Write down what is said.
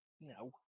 No